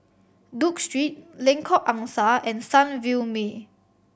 Duke Street Lengkok Angsa and Sunview Way